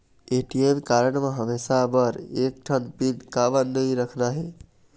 ATM card म हमेशा बर एक ठन पिन काबर नई रखना हे?